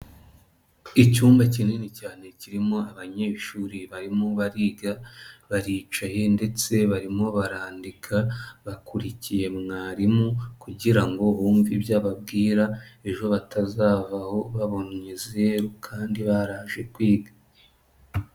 Icyumba kinini cyane kirimo abanyeshuri barimo bariga, baricaye ndetse barimo barandika bakurikiye mwarimu kugira ngo bumve ibyo ababwira ejo batazavaho babonye zeru kandi baraje kwiga.